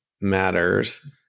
matters